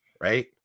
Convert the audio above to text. right